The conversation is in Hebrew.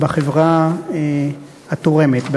בחברה התורמת.